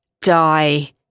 die